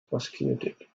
prosecuted